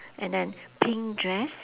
and then pink dress